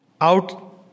out